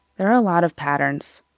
there are a lot of patterns.